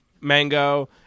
mango